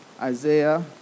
Isaiah